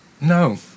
No